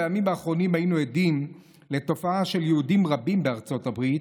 בימים האחרונים היינו עדים לתופעה של יהודים רבים בארצות הברית,